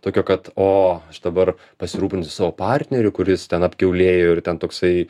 tokio kad o aš dabar pasirūpinsiu savo partneriu kuris ten apkiaulėjo ir ten toksai